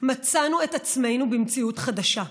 מצאנו את עצמנו במציאות חדשה: